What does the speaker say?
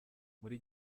muri